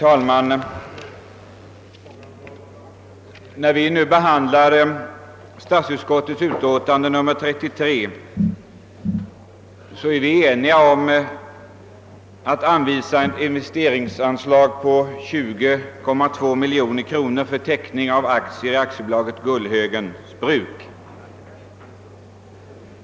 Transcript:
Herr talman! Statsutskottet är enigt om att anvisa ett investeringsanslag av 20,2 miljoner kronor för teckning av aktier i AB Gullhögens Bruk.